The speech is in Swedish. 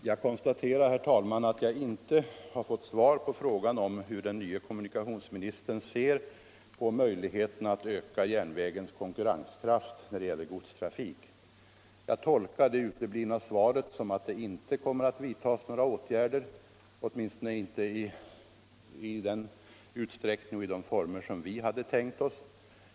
Jag konstaterar, herr talman, att jag inte har fått svar på frågan om hur den nye kommunikationsministern ser på möjligheterna att öka järnvägens konkurrenskraft när det gäller godstrafik. Jag tolkar det uteblivna svaret så att det inte kommer att vidtas några åtgärder, åtminstone inte i den utsträckning och form vi hade tänkt oss.